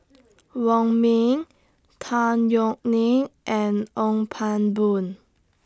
Wong Ming Tan Yeok Nee and Ong Pang Boon